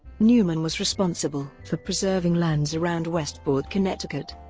newman was responsible for preserving lands around westport, connecticut.